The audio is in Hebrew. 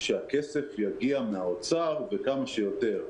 שהכסף יגיע מהאוצר וכמה שיותר.